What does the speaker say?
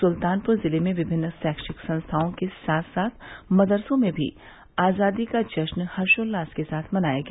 सुलतानपुर जिले में विभिन्न शैक्षिक संस्थाओं के साथ साथ मदरसों में भी आज़ादी का जश्न हर्षोल्लास के साथ मनाया गया